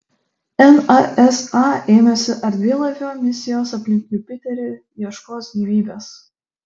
nasa ėmėsi erdvėlaivio misijos aplink jupiterį ieškos gyvybės